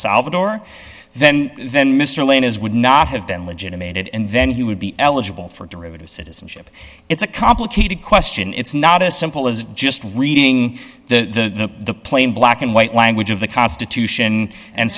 salvador then then mr lane is would not have been legitimated and then he would be eligible for derivative citizenship it's a complicated question it's not as simple as just reading the plain black and white language of the constitution and